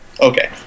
okay